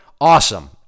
awesome